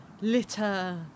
LITTER